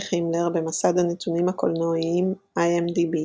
היינריך הימלר, במסד הנתונים הקולנועיים IMDb